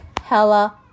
hella